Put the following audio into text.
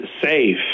safe